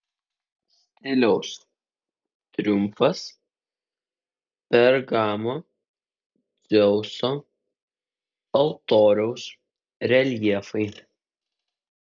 stiliaus triumfas pergamo dzeuso altoriaus reljefai